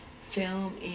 film